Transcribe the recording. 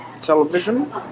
television